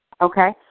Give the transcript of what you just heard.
okay